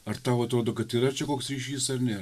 ar tau atrodo kad tai yra čia koks ryšys ar ne